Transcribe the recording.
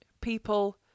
people